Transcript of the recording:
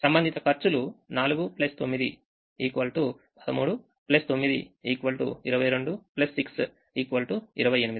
సంబంధిత ఖర్చులు 4 9 13 9 22 6 28